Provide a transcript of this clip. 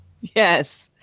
Yes